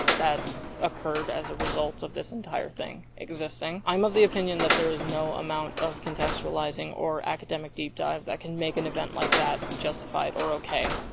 that occurred as a result of this entire thing existing. i'm of the opinion that there's no amount of contextualizing or academic deep dive that can make an event like that justified or okay.